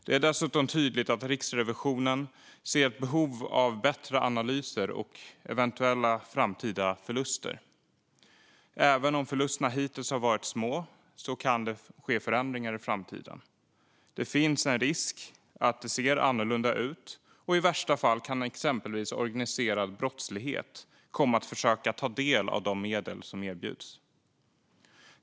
Det är dessutom tydligt att Riksrevisionen ser ett behov av bättre analyser av eventuella framtida förluster. Även om förlusterna hittills varit små kan det ske förändringar i framtiden. Det finns en risk att det kommer att se annorlunda ut, och i värsta fall kan exempelvis organiserad brottslighet komma att försöka ta del av de medel som erbjuds.